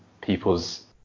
people's